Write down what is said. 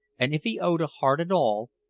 and if he owned a heart at all,